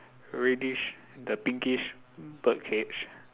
reddish the pinkish bird cage